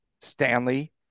Stanley